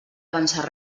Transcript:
avançar